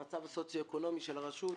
המצב הסוציו-אקונומי של הרשות,